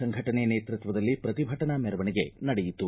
ಸಂಘಟನೆ ನೇತೃತ್ವದಲ್ಲಿ ಪ್ರತಿಭಟನಾ ಮೆರವಣಿಗೆ ನಡೆಯಿತು